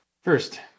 First